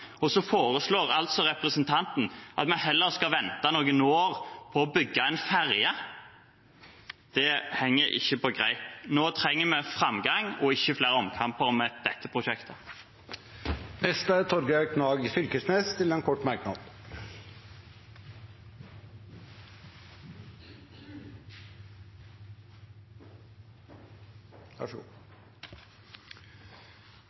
Så foreslår altså representanten at vi heller skal vente noen år, for å bygge en ferje. Det henger ikke på greip. Nå trenger vi framgang og ikke flere omkamper om dette prosjektet. Torgeir Knag Fylkesnes har hatt ordet to ganger tidligere og får ordet til en kort merknad,